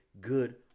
good